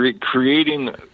Creating